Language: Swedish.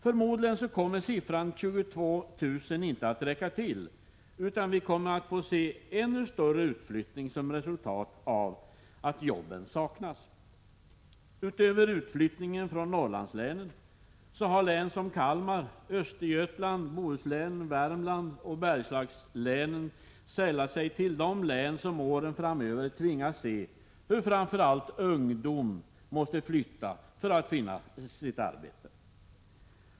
Förmodligen kommer siffran 22 000 inte att räcka till, utan vi kommer att få se en ännu större utflyttning som resultat av att jobben saknas. Utöver utflyttningen från Norrlandslänen har Kalmar län, Östergötlands län, Göteborgs och Bohus län, Värmlands län samt Bergslagslänen sällat sig till de län som åren framöver tvingas se hur framför allt ungdomen måste flytta för att finna sitt arbete.